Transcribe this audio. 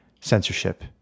censorship